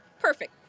Perfect